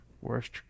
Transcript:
Worst